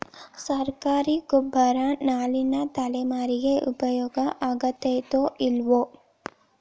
ಸರ್ಕಾರಿ ಗೊಬ್ಬರ ನಾಳಿನ ತಲೆಮಾರಿಗೆ ಉಪಯೋಗ ಆಗತೈತೋ, ಇಲ್ಲೋ?